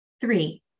Three